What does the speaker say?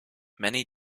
many